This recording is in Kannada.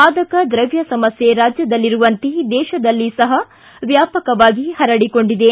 ಮಾದಕದ್ರವ್ಯ ಸಮಸ್ಯೆ ರಾಜ್ಯದಲ್ಲಿರುವಂತೆ ದೇಶದಲ್ಲಿ ಸಹ ವ್ಯಾಪಕವಾಗಿ ಪರಡಿಕೊಂಡಿದೆ